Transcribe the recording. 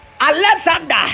Alexander